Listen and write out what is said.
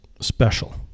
special